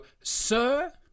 sir